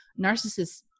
narcissists